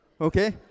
okay